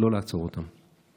לא לעצור אותם.